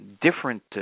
different